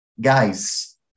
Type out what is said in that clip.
Guys